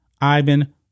Ivan